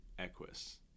equus